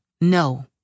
No